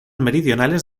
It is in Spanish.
meridionales